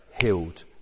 healed